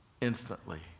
instantly